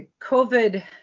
COVID